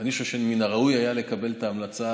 אני חושב שמן הראוי היה לקבל את ההמלצה